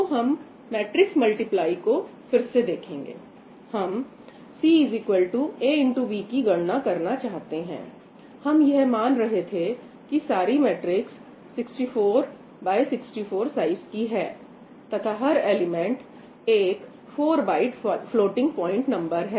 तो हम matrix multiply को फिर से देखेंगे हम C AXB की गणना करना चाहते थे हम यह मान रहे थेकी सारी मैट्रिक्स 64X64 साइज की है तथा हर एलिमेंट एक 4 बाइट फ्लोटिंग प्वाइंट नंबर है